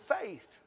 faith